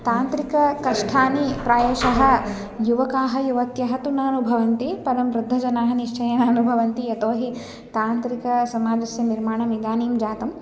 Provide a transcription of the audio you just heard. तान्त्रिककष्टानि प्रायशः युवकाः युवत्यः तु न अनुभवन्ति परं वृद्धजनाः निश्चयेन अनुभवन्ति यतो हि तान्त्रिकसमाजस्य निर्माणम् इदानीं जातं